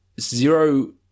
zero